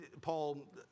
Paul